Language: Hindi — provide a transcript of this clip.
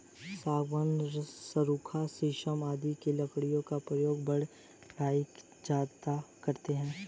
सागवान, सखुआ शीशम आदि की लकड़ियों का प्रयोग बढ़ई ज्यादा करते हैं